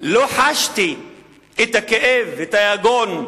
לא חשתי את הכאב ואת היגון,